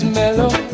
mellow